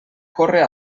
córrer